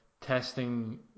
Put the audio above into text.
testing